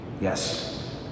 Yes